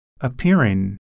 appearing